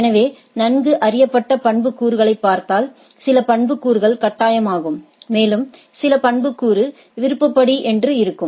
எனவே நன்கு அறியப்பட்ட பண்புக்கூறுகளைப் பார்த்தால் சில பண்புக்கூறுகள் கட்டாயமாகும் மேலும் சில பண்புக்கூறு விருப்பப்படி என்று இருக்கும்